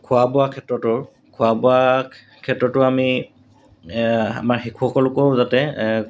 খোৱা বোৱা ক্ষেত্ৰতো খোৱা বোৱা ক্ষেত্ৰতো আমি আমাৰ শিশুসকলকো যাতে